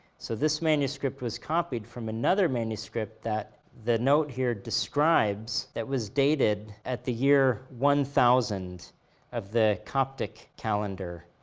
so this manuscript was copied from another manuscript that the note here describes that was dated at the year one thousand of the coptic calendar,